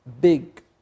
big